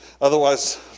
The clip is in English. otherwise